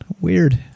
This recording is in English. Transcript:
Weird